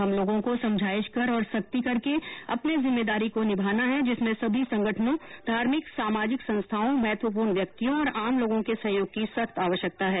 हम लोगों को समझाइश कर और सख्ती करके अपनी जिम्मेदारी को निभाएंगे जिसमें सभी संगठनों धार्मिक सामाजिक संस्थाओं महत्वपूर्ण व्यक्तियों और आम लोगों के सहयोग की सख्त आवश्यकता है